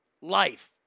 life